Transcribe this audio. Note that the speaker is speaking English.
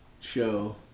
show